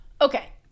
Okay